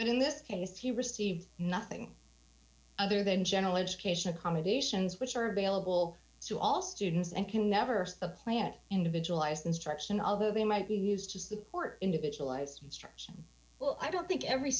but in this case he received nothing other than general education accommodations which are available to all students and can never see a plan individualized instruction although they might be used to support individualized instruction well i don't think every